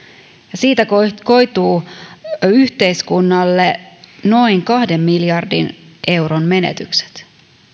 siitä koituu yhteiskunnalle noin kahden miljardin euron menetykset